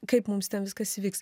kaip mums ten viskas vyks